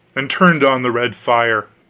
and turned on the red fire!